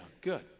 Good